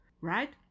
right